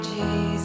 Jesus